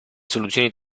soluzioni